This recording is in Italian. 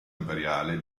imperiale